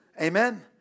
Amen